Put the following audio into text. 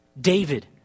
David